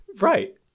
right